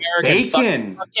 bacon